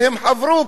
והם חברו,